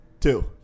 Two